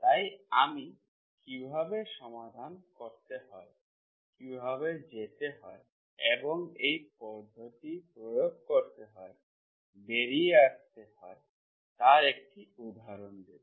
তাই আমি কীভাবে সমাধান করতে হয় কীভাবে যেতে হয় এবং এই পদ্ধতিটি প্রয়োগ করতে বেরিয়ে আসতে হয় তার একটি উদাহরণ দেব